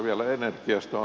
vielä energiasta